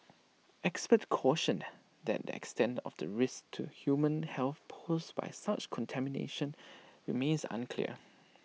experts cautioned that the extent of the risk to human health posed by such contamination remains unclear